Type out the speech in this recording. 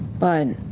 but.